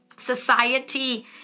society